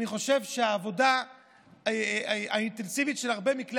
אני חושב שהעבודה האינטנסיבית של הרבה מכלי